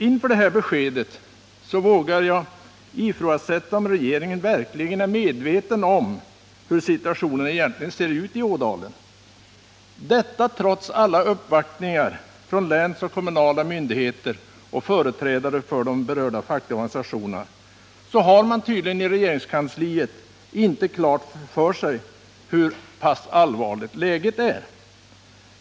Inför detta besked vågar jag ifrågasätta om regeringen verkligen är medveten om hur situationen egentligen ser ut i Ådalen. Trots alla uppvaktningar från länsmyndigheter och kommunala myndigheter och från företrädare för de berörda fackliga organisationerna har man tydligen i regeringskansliet inte klart för sig hur pass allvarlig läget är.